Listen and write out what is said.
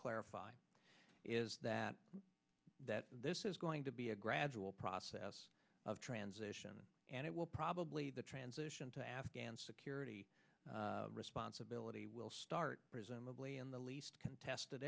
clarify is that that this is going to be a gradual process of transition and it will probably the transition to afghan security responsibility will start in the least contested